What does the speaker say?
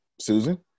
Susan